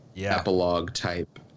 epilogue-type